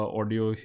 audio